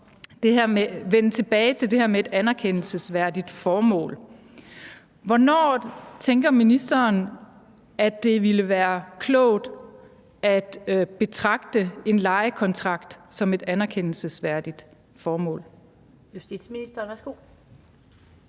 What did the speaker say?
vende tilbage til det her med et anerkendelsesværdigt formål. Hvornår tænker ministeren det ville være klogt at betragte en lejekontrakt som et anerkendelsesværdigt formål? Kl. 15:05 Den fg.